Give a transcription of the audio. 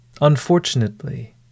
Unfortunately